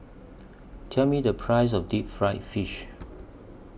Tell Me The Price of Deep Fried Fish